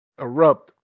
erupt